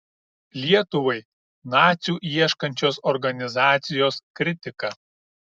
lietuvai nacių ieškančios organizacijos kritika